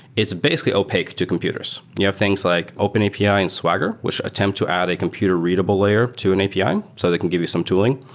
it's basically opaque to computers. yeah things like open api and swagger which attempt to add a computer readable layer to an api um so they can give you some tooling.